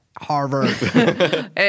harvard